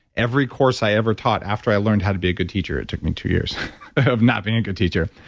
every course i ever taught after i learned how to be a good teacher, it took me two years of not being a good teacher.